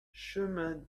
chemin